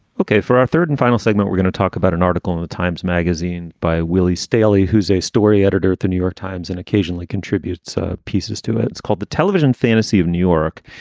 okay. for our third and final segment, we're going to talk about an article in the times magazine by willie staley, who's a story editor at the new york times and occasionally contributes ah pieces to it. it's called the television fantasy of new york.